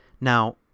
Now